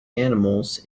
animals